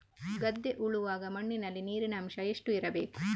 ಗದ್ದೆ ಉಳುವಾಗ ಮಣ್ಣಿನಲ್ಲಿ ನೀರಿನ ಅಂಶ ಎಷ್ಟು ಇರಬೇಕು?